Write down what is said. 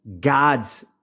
God's